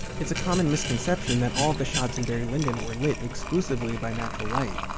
it's a common misconception that all of the shots in barry lyndon were lit exclusively by natural light.